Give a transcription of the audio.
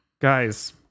guys